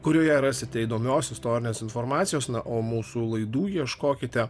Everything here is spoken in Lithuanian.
kurioje rasite įdomios istorinės informacijos na o mūsų laidų ieškokite